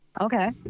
okay